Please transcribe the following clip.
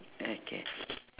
okay